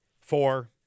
Four